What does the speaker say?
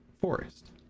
forest